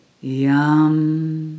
yum